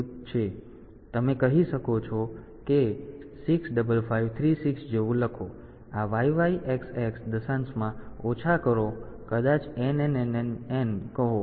તેથી તમે કહી શકો કે 65536 જેવું લખો આ YYXX દશાંશમાં ઓછા કરો કદાચ NNNNN કહો